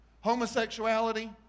homosexuality